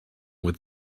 with